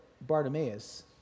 Bartimaeus